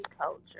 culture